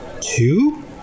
Two